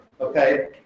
okay